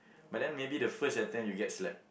but then maybe the first attempt you get slapped